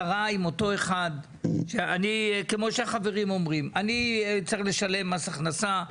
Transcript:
אני צריך לשלם מס הכנסה.